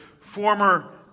former